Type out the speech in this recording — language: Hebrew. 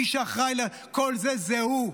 מי שאחראי לכל זה זה הוא,